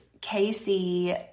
Casey